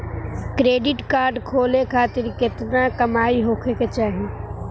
Credit card खोले खातिर केतना कमाई होखे के चाही?